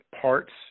parts